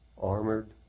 armored